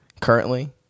currently